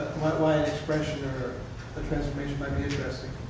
an expression or a transformation might be interesting.